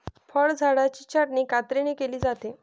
फळझाडांची छाटणी कात्रीने केली जाते